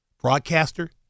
broadcaster